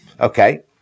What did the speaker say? Okay